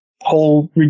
whole